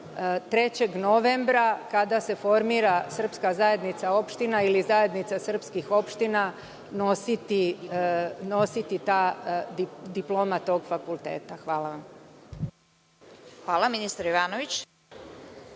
3. novembra, kada se formira srpska zajednica opština ili zajednica srpskih opština, nositi diploma tog fakulteta? Hvala vam. **Vesna Kovač**